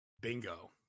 Bingo